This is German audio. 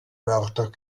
wörter